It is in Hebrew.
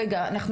רגע,